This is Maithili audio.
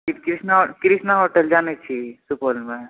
कृष्णा होटल जानै छी सुपौलमे